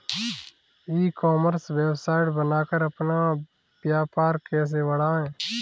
ई commerce website बनाकर अपना व्यापार कैसे बढ़ाएँ?